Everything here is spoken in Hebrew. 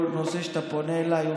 בכל נושא שאתה פונה אליי,